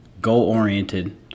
goal-oriented